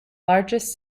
largest